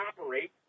operate